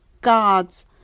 God's